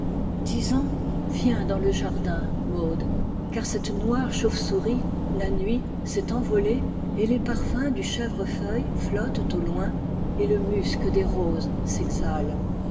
viens dans le jardin maud car cette noire chauve-souris la nuit s'est envolée et les parfums du chèvrefeuille flottent au loin etlemusc des roses s'exhale